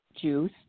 juice